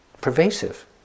pervasive